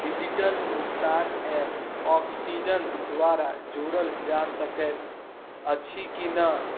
digital भुगतान app oxygen द्वारा जोड़ल जा सकैत अछि कि नहि